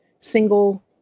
single